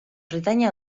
britainia